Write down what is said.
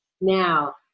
Now